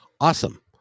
Awesome